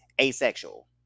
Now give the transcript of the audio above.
asexual